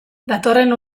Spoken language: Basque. datorren